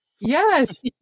Yes